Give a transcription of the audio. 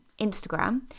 Instagram